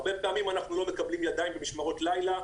הרבה פעמים אנחנו לא מקבלים ידיים למשמרות לילה,